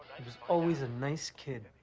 he was always a nice kid.